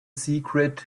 secret